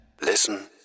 Listen